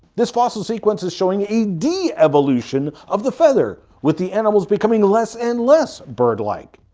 this fossil sequence is showing a de-evolution of the feather, with the animals becoming less and less bird-like.